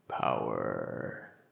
power